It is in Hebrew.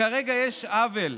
וכרגע יש עוול.